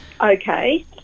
okay